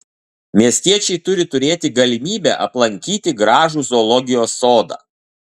miestiečiai turi turėti galimybę aplankyti gražų zoologijos sodą